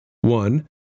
One